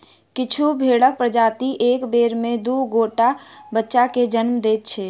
किछु भेंड़क प्रजाति एक बेर मे दू गोट बच्चा के जन्म दैत छै